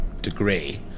degree